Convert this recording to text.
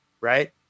Right